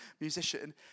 musician